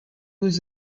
was